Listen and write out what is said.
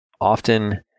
often